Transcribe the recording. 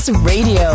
Radio